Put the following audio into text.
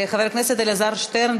חבר הכנסת אלעזר שטרן,